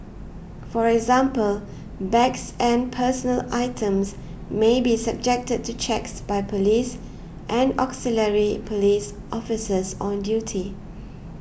for example bags and personal items may be subjected to checks by police and auxiliary police officers on duty